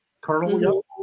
Colonel